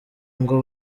ngo